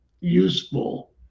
useful